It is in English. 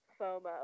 FOMO